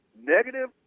negative